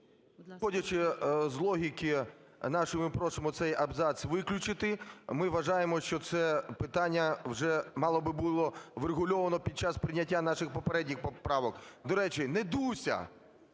Виходячи з логіки нашої, ми просимо цей абзац виключити. Ми вважаємо, що це питання вже мало би було врегульовано під час прийняття наших попередніх поправок. До речі, не Дуся,